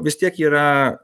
vis tiek yra